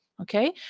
Okay